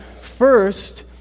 first